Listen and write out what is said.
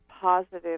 positive